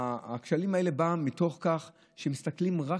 הכשלים האלה באו מתוך כך שמסתכלים רק